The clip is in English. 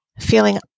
feeling